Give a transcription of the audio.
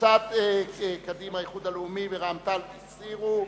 קבוצות קדימה, האיחוד הלאומי ורע"ם-תע"ל, הסירו,